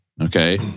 okay